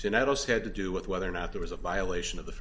tonight also had to do with whether or not there was a violation of the